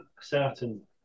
certain